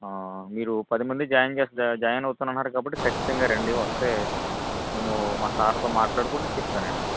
మీరు పది మంది జాయిన్ చేస్తా జాయిన్ అవుతాను అన్నారు కాబట్టి ఖచ్చితంగా రండి వస్తే మేము మా సార్ తో మాట్లాడుకొని చెప్తానండి